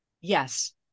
Yes